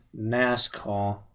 nascar